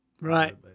right